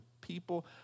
people